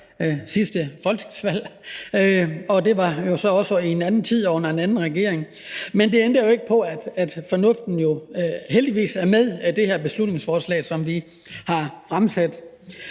sidste folketingsvalg, og det var jo så også i en anden tid og under en anden regering. Men det ændrer jo ikke på, at fornuften heldigvis er med i det beslutningsforslag, som vi har fremsat